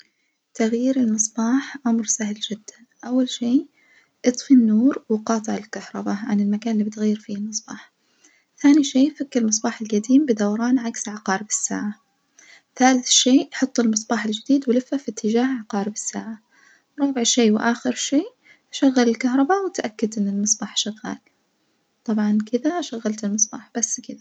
تغيير المصباح أمر سهل جداً، أول شي اطفي النور وقاطع الكهربا عن المكان البتغير فيه المصباح، تاني شي فك المصباح الجديم بدوران عكس عقارب الساعة، ثالث شي حط المصباح الجديد ولفه في اتجاه عقارب الساعة، رابع شي وآخر شي شغل الكهربا واتأكد إن المصباح شغال، طبعًا كدة شغلت المصباح بس كدة.